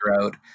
out